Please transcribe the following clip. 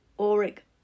auric